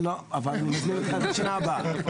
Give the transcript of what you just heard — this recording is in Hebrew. לא, אבל אני מזמין אותך בשנה הבאה.